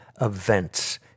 events